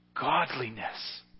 godliness